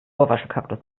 ohrwaschelkaktus